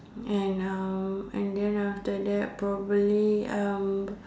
and uh and then after that probably um